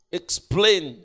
explain